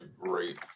Great